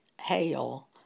hail